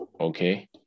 Okay